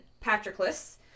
Patroclus